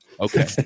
Okay